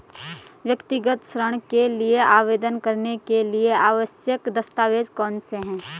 व्यक्तिगत ऋण के लिए आवेदन करने के लिए आवश्यक दस्तावेज़ कौनसे हैं?